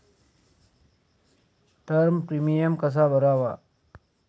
Term premium कसा भरावा?